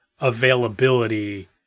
availability